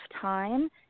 time